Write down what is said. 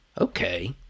Okay